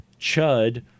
Chud